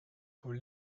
voor